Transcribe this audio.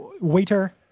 waiter